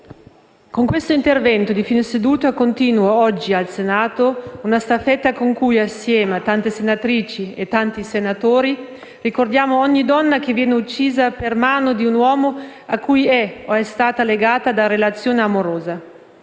con quest'intervento continuo oggi in Senato una staffetta con cui, assieme a tante senatrici e tanti senatori, ricordiamo ogni donna che viene uccisa per mano di un uomo cui è o è stata legata da relazione amorosa.